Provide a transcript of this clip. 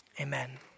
Amen